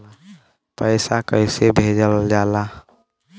पैसा कैसे भेजल जाला?